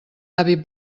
avi